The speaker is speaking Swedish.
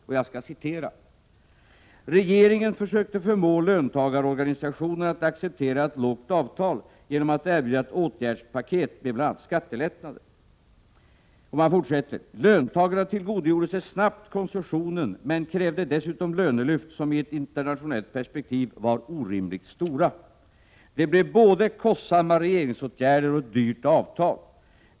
Så här skrev de bl.a.: Regeringen försökte förmå löntagarorganisationerna att acceptera ett lågt avtal genom att erbjuda ett åtgärdspaket med bl.a. skattelättnader. Löntagarna tillgodogjorde sig snabbt konsumtionen men krävde dessutom lönelyft som i ett internationellt perspektiv var orimligt stora. Det blev både kostsamma regeringsåtgärder och ett dyrt avtal.